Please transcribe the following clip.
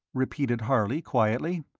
repeated harley, quietly.